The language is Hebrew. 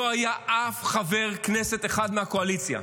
לא היה אף חבר כנסת אחד מהקואליציה.